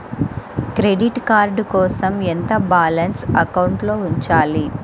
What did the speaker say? Credit card కోసం ఎంత balance అకౌంట్లో ఉంచాలి?